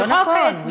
לא נכון.